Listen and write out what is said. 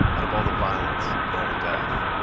out of all the violence and all the death